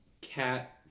cat